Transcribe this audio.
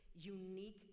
unique